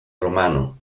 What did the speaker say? romano